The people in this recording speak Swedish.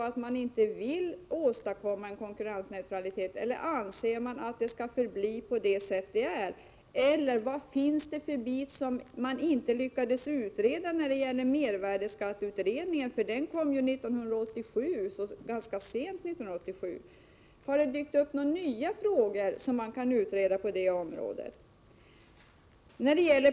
Vill man inte åstadkomma konkurrensneutralitet eller anser man att det skall förbli på det sätt det är? Eller vad finns det för bit som mervärdeskatteutredningen inte lyckades utreda? Den kom ju fram ganska sent under 1987. Har det dykt upp några frågor som behöver utredas på det området?